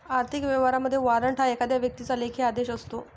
आर्थिक व्यवहारांमध्ये, वॉरंट हा एखाद्या व्यक्तीचा लेखी आदेश असतो